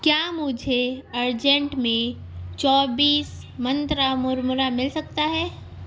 کیا مجھے ارجینٹ میں چوبیس منترا مرمرہ مل سکتا ہے